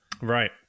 right